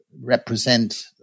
represent